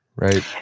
right?